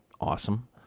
awesome